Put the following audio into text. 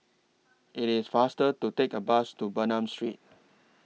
IT IS faster to Take A Bus to Bernam Street